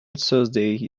thursday